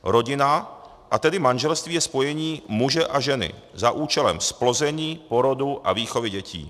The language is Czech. Rodina, a tedy manželství je spojení muže a ženy za účelem zplození, porodu a výchovy dětí.